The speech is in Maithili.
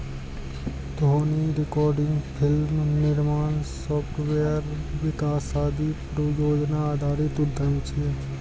ध्वनि रिकॉर्डिंग, फिल्म निर्माण, सॉफ्टवेयर विकास आदि परियोजना आधारित उद्यम छियै